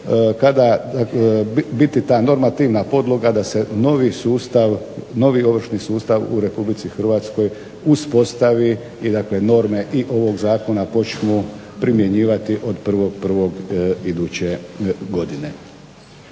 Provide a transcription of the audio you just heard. kada biti ta normativna podloga da se novi ovršni sustav u Republici Hrvatskoj uspostavi i dakle norme ovog Zakona počnu primjenjivati od 1. 1. Iduće godine.